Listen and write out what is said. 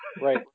Right